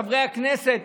חברי הכנסת,